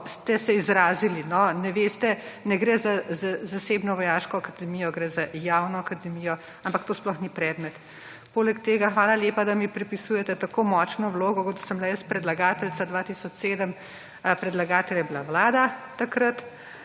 ste se izrazili, no, ne veste, ne gre za zasebno vojaško akademijo. Gre za javno akademijo, ampak to sploh ni predmet. Poleg tega, hvala lepa, da mi pripisujete tako močno vlogo kot da sem bila jaz predlagateljica 2007, predlagatelj je bila vlada takrat